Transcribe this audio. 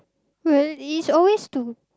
but is always to